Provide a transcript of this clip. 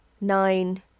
nine